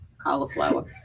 Cauliflower